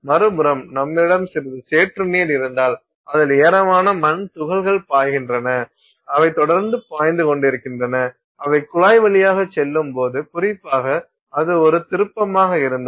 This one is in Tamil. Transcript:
மறுபுறம் நம்மிடம் சிறிது சேற்று நீர் இருந்தால் அதில் ஏராளமான மண் துகள்கள் பாய்கின்றன அவை தொடர்ந்து பாய்ந்து கொண்டிருக்கின்றன அவை குழாய் வழியாக செல்லும்போது குறிப்பாக அது ஒரு திருப்பமாக இருந்தால்